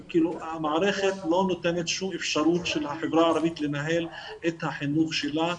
המערכת לא נותנת שום אפשרות של החברה הערבית לנהל את החינוך שלה,